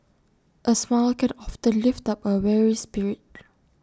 A smile can often lift up A weary spirit